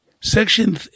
Section